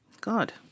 God